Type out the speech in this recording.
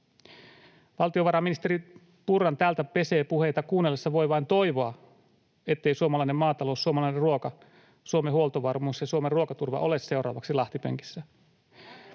Valtiovarainministeri Purran ”täältä pesee” ‑puheita kuunnellessa voi vain toivoa, ettei suomalainen maatalous, suomalainen ruoka, Suomen huoltovarmuus ja Suomen ruokaturva ole seuraavaksi lahtipenkissä.